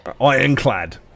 Ironclad